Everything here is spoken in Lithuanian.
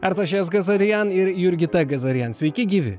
artašes gazarian ir jurgita gazarian sveiki gyvi